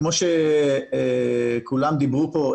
כמו שכולם דיברו פה,